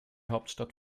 hauptstadt